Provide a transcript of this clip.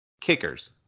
Kickers